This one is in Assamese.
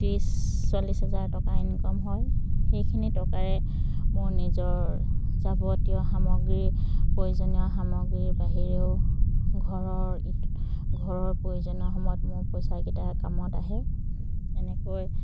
ত্ৰিছ চল্লিছ হাজাৰ টকা ইনকম হয় সেইখিনি টকাৰে মোৰ নিজৰ যাৱতীয় সামগ্ৰী প্ৰয়োজনীয় সামগ্ৰীৰ বাহিৰেও ঘৰৰ ই ঘৰৰ প্ৰয়োজনীয় সময়ত মোৰ পইচাকেইটা কামত আহে এনেকৈ